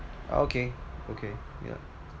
okay okay yeah